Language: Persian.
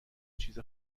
چیز